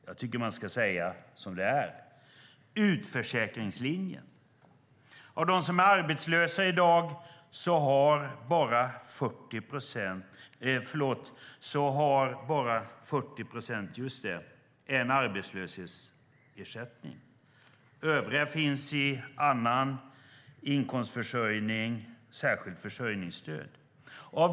Jag tycker att man ska kalla det för vad det är: utförsäkringslinjen. Av dem som är arbetslösa i dag har bara 40 procent arbetslöshetsersättning. Övriga har annan inkomstförsörjning, särskilt försörjningsstöd.